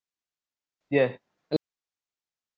yes